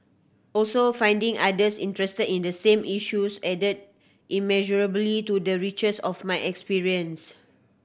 also finding others interested in the same issues added immeasurably to the richness of my experience